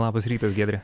labas rytas giedre